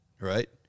right